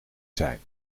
zijn